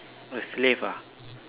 slave ah